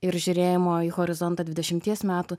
ir žiūrėjimo į horizontą dvidešimties metų